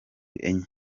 enye